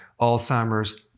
Alzheimer's